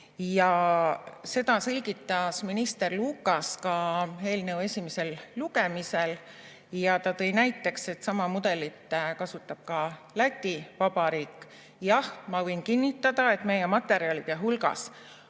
Seda selgitas minister Lukas ka eelnõu esimesel lugemisel ja ta tõi näiteks, et sama mudelit kasutab ka Läti Vabariik. Jah, ma võin kinnitada, et meie materjalide hulgas